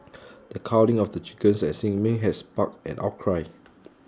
the culling of the chickens at Sin Ming had sparked an outcry